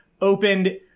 opened